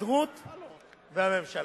ההסתדרות והממשלה.